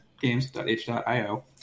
Games.h.io